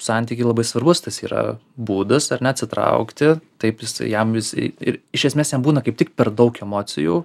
santykiai labai svarbus tas yra būdas ar ne atsitraukti taip jisai jam jisai ir iš esmės jam būna kaip tik per daug emocijų